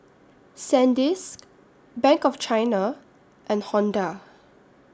Sandisk Bank of China and Honda